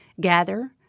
gather